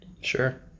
Sure